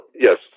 yes